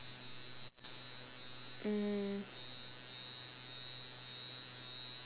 mm